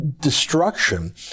destruction